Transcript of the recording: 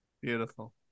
Beautiful